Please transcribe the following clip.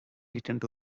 returned